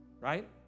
right